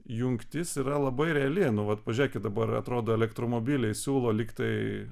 jungtis yra labai reali nu vat pažiūrėkit dabar atrodo elektromobiliai siūlo lyg tai